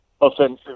offensive